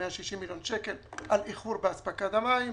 160 מיליון שקלים על איחור באספקת המים.